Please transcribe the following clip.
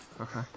Okay